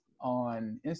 on